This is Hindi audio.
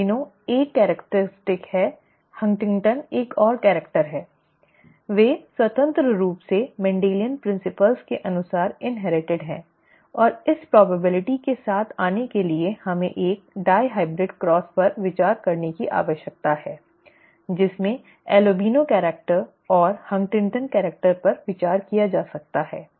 एल्बिनो 1 विशेषता है हंटिंगटन एक और कैरेक्टर है वे स्वतंत्र रूप से मेंडेलियन के सिद्धांतों के अनुसार इन्हेरिटिड हैं और इस संभावना के साथ आने के लिए हमें एक हाइब्रिड क्रॉस पर विचार करने की आवश्यकता है जिसमें अल्बिनो कैरेक्टर और हंटिंगटन कैरेक्टर Huntington's character पर विचार किया जा सकता है